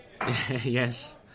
Yes